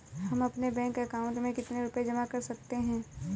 हम अपने bank account में कितने रुपये जमा कर सकते हैं?